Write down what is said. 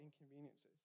inconveniences